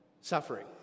Suffering